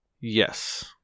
Yes